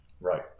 Right